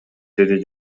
деди